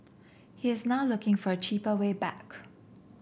he is now looking for a cheaper way back